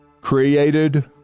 created